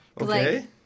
Okay